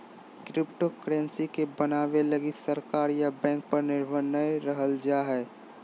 cryptocurrency के बनाबे लगी सरकार या बैंक पर निर्भर नय रहल जा हइ